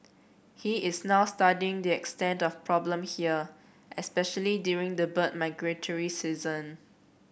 he is now studying the extent of the problem here especially during the bird migratory season